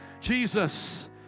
Jesus